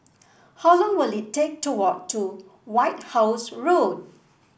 how long will it take to walk to White House Road